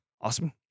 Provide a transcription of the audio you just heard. awesome